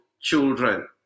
children